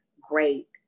great